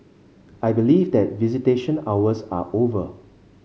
I believe that visitation hours are over